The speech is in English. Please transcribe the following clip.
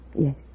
Yes